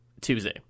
tuesday